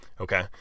okay